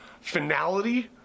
finality